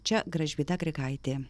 čia gražvyda grigaitė